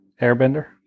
Airbender